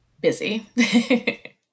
busy